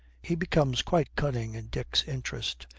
he becomes quite cunning in dick's interests.